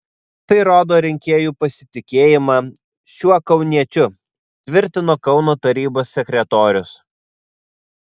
tai rodo rinkėjų pasitikėjimą šiuo kauniečiu tvirtino kauno tarybos sekretorius